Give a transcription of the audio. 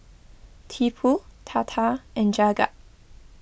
Tipu Tata and Jagat